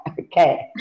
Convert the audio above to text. okay